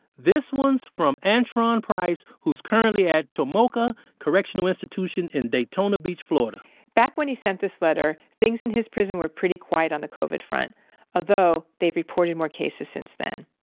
this one's from antrawn price, who's currently at tomoka correctional institution in daytona beach, florida back when he sent this letter, things in his prison were pretty quiet on the covid front although they've reported more cases since then.